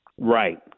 Right